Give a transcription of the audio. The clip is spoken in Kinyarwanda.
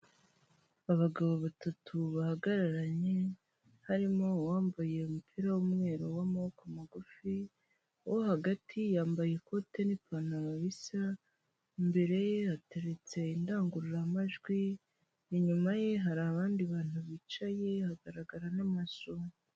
Abagabo batatu bahagararanye harimo uwambaye umupira w'umweru w'amaboko magufi, uwo hagati yambaye ikote n'ipantaro bisa, imbere ye hateretse indangururamajwi inyuma ye hari abandi bantu bicaye hagaragara n'amaso.